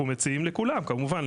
אנחנו מציעים לכולם כמובן,